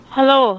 Hello